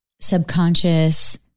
subconscious